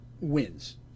Wins